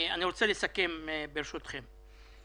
אני רוצה לסכם, ברשותכם.